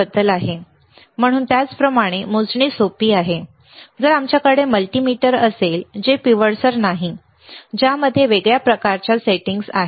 म्हणून त्याचप्रमाणे मोजणे सोपे आहे जर आमच्याकडे मल्टीमीटर असेल जे पिवळसर नाही बरोबर ज्यामध्ये वेगवेगळ्या प्रकारच्या सेटिंग्ज आहेत